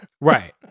Right